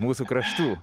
mūsų kraštų